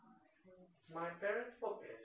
my parents work as